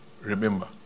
Remember